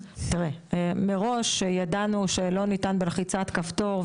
מראש ידענו שלא ניתן בלחיצת כפתור,